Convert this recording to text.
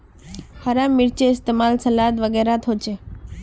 हरा मिर्चै इस्तेमाल सलाद वगैरहत होचे